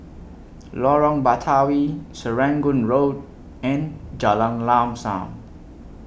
Lorong Batawi Serangoon Road and Jalan Lam SAM